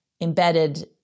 embedded